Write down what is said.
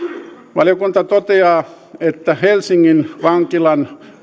valiokunta toteaa että helsingin vankilan